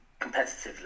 competitively